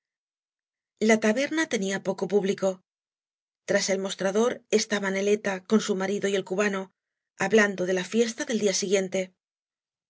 la taberna tenía poco publico tras el mostrador estaba neleta con ñ marido y el cubano hablando de la fiesta dal día siguiente